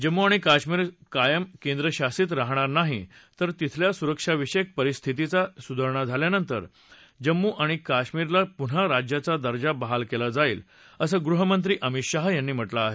जम्मू आणि काश्मीर कायम केंद्रशासीत राहणार नाही तर तिथल्या सुरक्षाविषयक परिस्थितीत सुधारणा झाल्यानंतर जम्मू आणि काश्मिरला पुन्हा राज्याचा दर्जा बहाल केला जाईल असं गृहमंत्री अमित शाह यांनी म्हा कें आहे